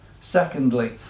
Secondly